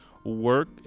work